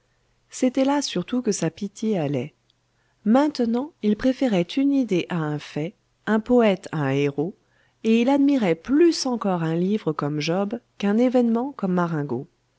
c'était là surtout que sa pitié allait maintenant il préférait une idée à un fait un poète à un héros et il admirait plus encore un livre comme job qu'un événement comme marengo